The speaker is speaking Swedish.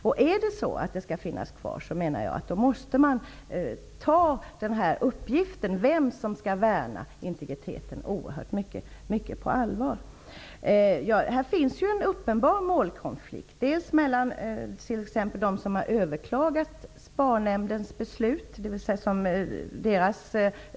Om denna möjlighet skall finnas kvar måste man ta uppgiften mycket på allvar när det gäller vem som skall värna om integriteten. Här föreligger en uppenbar målkonflikt mellan dem som överklagat SPAR-nämdens beslut och SPAR-nämnden.